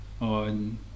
On